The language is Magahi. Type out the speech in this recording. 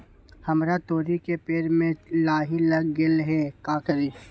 हमरा तोरी के पेड़ में लाही लग गेल है का करी?